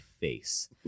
face